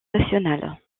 nationales